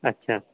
अच्छा